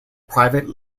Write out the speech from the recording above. private